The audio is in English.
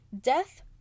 death